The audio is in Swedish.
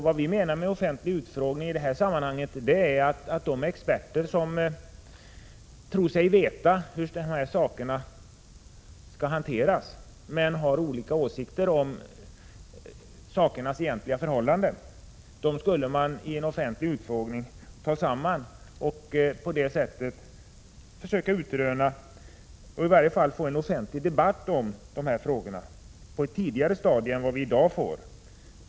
Det innebär att man sammanför de experter som tror sig veta hur frågorna skall hanteras, men som har olika åsikter. På detta sätt skulle man försöka utröna hur saker och ting förhåller sig, och i varje fall skulle man få en offentlig debatt om dessa frågor på ett tidigare stadium än vad vi i dag får.